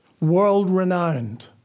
world-renowned